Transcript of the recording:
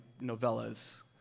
novellas